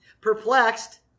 perplexed